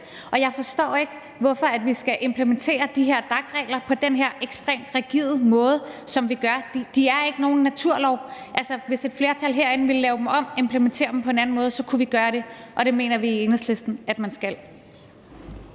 og jeg forstår ikke, hvorfor vi skal implementere de her DAC-regler på den her ekstremt rigide måde, som vi gør. De er ikke nogen naturlov. Altså, hvis et flertal herinde vil lave dem om, implementere dem på en anden måde, så kunne vi gøre det. Og det mener vi i Enhedslisten at man skal.